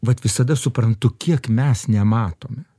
vat visada suprantu kiek mes nematom